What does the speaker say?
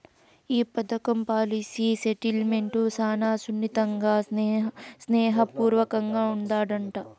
ఈ పదకం policy settlement శానా సున్నితంగా, స్నేహ పూర్వకంగా ఉండాదట